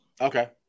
Okay